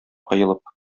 коелып